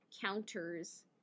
counters